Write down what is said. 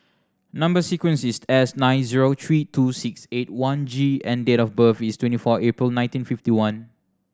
number sequence is S nine zero three two six eight one G and date of birth is twenty four April nineteen fifty one